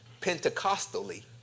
Pentecostally